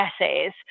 Essays